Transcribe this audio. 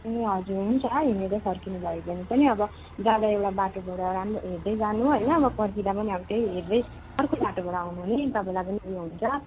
ए हजुर हुन्छ हिँडेर फर्किनु भयो भने पनि अब जाँदा एउटा बाटोबाट राम्रो हेर्दै जानु होइन अब फर्किँदै पनि अब त्यही हेर्दै अर्को बाटोबाट आउनु नि तपाईँलाई पनि उयो हुन्छ